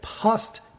past